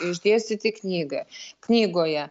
išdėstyti knygoje knygoje